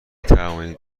توانید